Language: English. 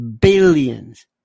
billions